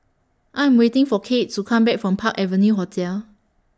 I Am waiting For Kade to Come Back from Park Avenue Hotel